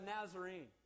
Nazarene